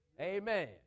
Amen